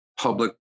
public